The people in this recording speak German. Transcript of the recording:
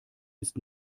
ist